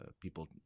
people